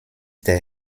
der